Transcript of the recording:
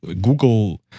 Google